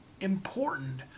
important